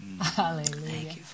Hallelujah